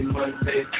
Monday